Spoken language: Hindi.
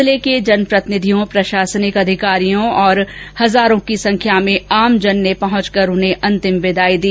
जिले के जनप्रतिनिधियों प्रशासनिक अधिकारियों और हजारों की संख्या में आमजन ने पहुंचकर उन्हें अंतिम विदाई दी